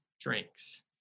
drinks